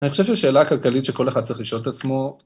אני חושב שזו שאלה כלכלית שכל אחד צריך לשאול את עצמו.